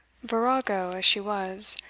virago as she was,